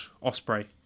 Osprey